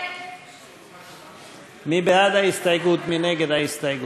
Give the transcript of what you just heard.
מי נגד ההסתייגות?